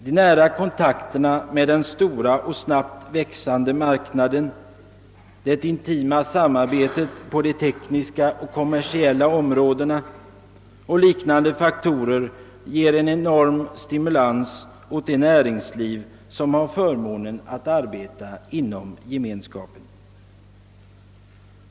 De nära kontakterna med den stora och snabbt växande marknaden, det intima samarbetet på de tekniska och kommersiella områdena samt liknande faktorer ger en enorm stimulans åt det näringsliv som har förmånen att arbeta inom Gemenskapen.